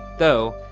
though,